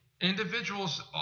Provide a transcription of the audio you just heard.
individuals